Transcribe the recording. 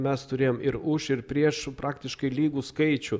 mes turėjom ir už ir prieš praktiškai lygų skaičių